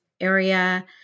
area